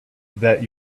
that